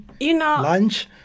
lunch